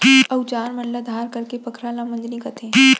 अउजार मन ल धार करेके पखरा ल मंजनी कथें